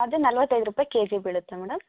ಅದು ನಲವತ್ತೈದು ರೂಪಾಯಿ ಕೆ ಜಿಗೆ ಬೀಳುತ್ತೆ ಮೇಡಮ್